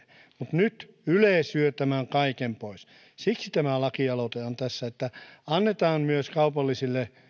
mutta nyt yle syö tämän kaiken pois siksi tämä lakialoite on tässä että annetaan myös kaupallisille